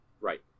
right